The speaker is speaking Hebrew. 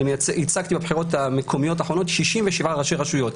ייצגתי בבחירות המקומיות האחרונות 67 ראשי רשויות.